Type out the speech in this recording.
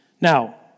Now